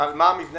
על מה המבנה